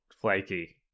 flaky